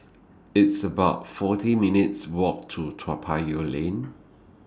It's about forty minutes' Walk to Toa Payoh Lane